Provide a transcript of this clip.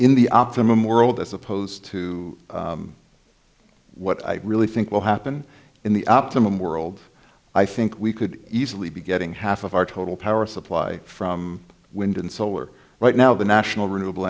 in the optimum world as opposed to what i really think will happen in the optimum world i think we could easily be getting half of our total power supply from wind and solar right now the national renewable